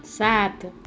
सात